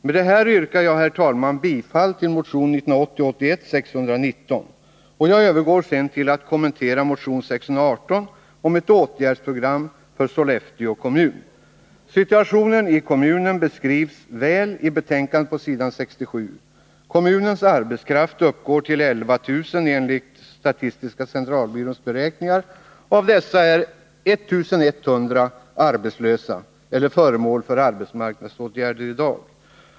Med detta yrkar jag, herr talman, bifall till motion 1980/81:619. Jag övergår till att kommentera motion 618 om ett åtgärdsprogram för Sollefteå kommun. Situationen i kommunen beskrivs väl i betänkandet på s. 67. Kommunens arbetskraft uppgår till 11 000 enligt SCB:s beräkningar. Av dessa är 1 100 arbetslösa eller föremål för arbetsmarknadsåtgärder i dag.